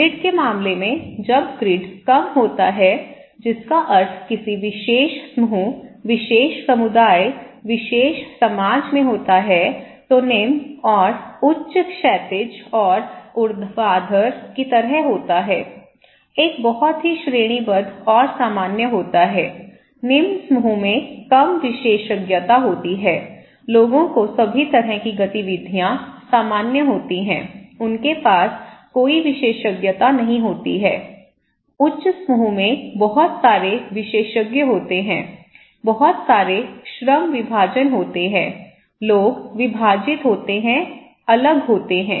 grid के मामले में जब ग्रिड कम होता है जिसका अर्थ किसी विशेष समूह विशेष समुदाय विशेष समाज में होता है तो निम्न और उच्च क्षैतिज और ऊर्ध्वाधर की तरह होता है एक बहुत ही श्रेणीबद्ध और सामान्य होता है निम्न समूह में कम विशेषज्ञता होती है लोगों को सभी तरह की गतिविधियां सामान्य होती हैं उनके पास कोई विशेषज्ञता नहीं होती है उच्च समूह में बहुत सारे विशेषज्ञ होते हैं बहुत सारे श्रम विभाजन होते हैं लोग विभाजित होते हैं अलग होते हैं